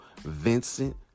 Vincent